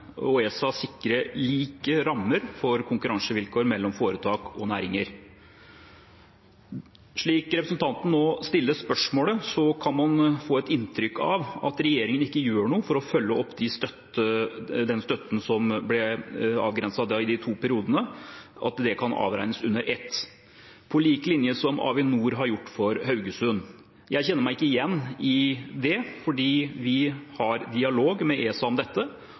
og ESA sikre like rammer for konkurransevilkår mellom foretak og næringer. Slik representanten nå stiller spørsmålet, kan man få et inntrykk av at regjeringen ikke gjør noe for å følge opp den støtten som ble avgrenset til de to periodene, at det kan avregnes under ett, på lik linje med det Avinor har gjort for Haugesund. Jeg kjenner meg ikke igjen i det, for vi har dialog med ESA om dette,